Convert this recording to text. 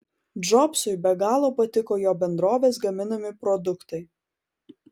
džobsui be galo patiko jo bendrovės gaminami produktai